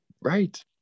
right